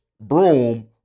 broom